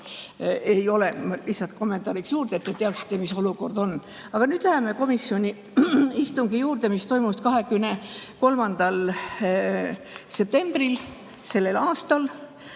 ei ole. Lihtsalt kommentaariks juurde, et te teaksite, mis olukord on. Aga nüüd läheme komisjoni istungi juurde, mis toimus 23. septembril sellel aastal.